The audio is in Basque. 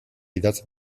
idatz